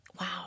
wow